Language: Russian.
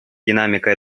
динамика